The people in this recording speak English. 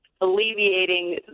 alleviating